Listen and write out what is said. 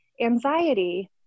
anxiety